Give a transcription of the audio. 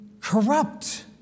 corrupt